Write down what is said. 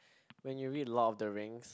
when you read Lord of the Rings